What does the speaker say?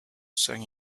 san